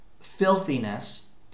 filthiness